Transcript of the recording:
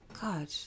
God